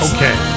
Okay